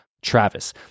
Travis